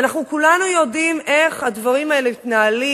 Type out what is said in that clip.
ואנחנו כולנו יודעים איך הדברים האלה מתנהלים